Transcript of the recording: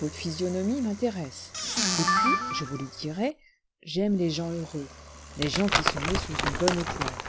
votre physionomie m'intéresse et puis je vous le dirai j'aime les gens heureux les gens qui sont nés sous une bonne étoile